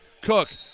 Cook